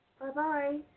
Bye-bye